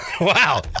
Wow